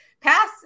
pass